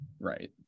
Right